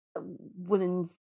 women's